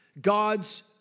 God's